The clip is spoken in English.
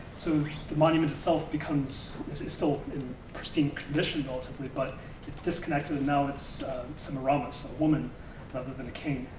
so the monument itself becomes it's it's still in pristine condition relatively, but disconnect it and now it's semiramus, a woman rather than a king,